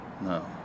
no